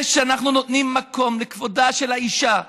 זה שאנחנו נותנים מקום לכבודה של האישה,